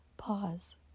Pause